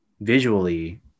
visually